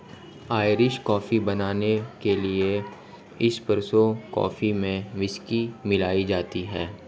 Irish coffee बनाने के लिए एस्प्रेसो कॉफी में व्हिस्की मिलाई जाती है